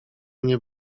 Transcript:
nie